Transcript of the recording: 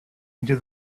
into